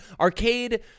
Arcade